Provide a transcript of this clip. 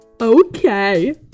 Okay